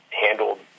handled